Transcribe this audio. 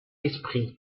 l’esprit